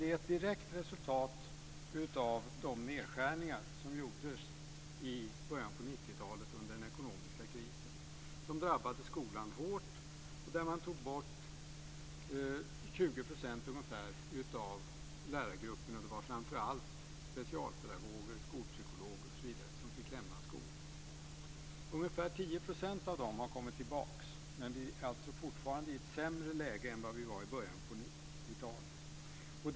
Det är ett direkt resultat av de nedskärningar som gjordes i början av 90-talet, under den ekonomiska krisen. Den drabbade skolan hårt. Man tog bort ungefär 20 % av lärargruppen. Det var framför allt specialpedagoger, skolpsykologer osv. som fick lämna skolan. Ungefär 10 % av dem har kommit tillbaka, men vi är alltså fortfarande i ett sämre läge än i början av 90-talet.